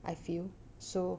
I feel so